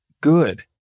good